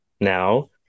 now